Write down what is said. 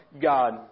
God